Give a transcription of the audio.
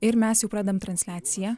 ir mes jau pradedam transliaciją